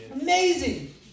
Amazing